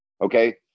Okay